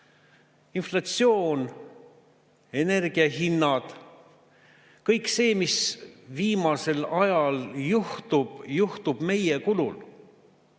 Inflatsioon, energiahinnad – kõik see, mis viimasel ajal on juhtunud, on juhtunud meie kulul.